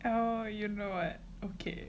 oh you know what okay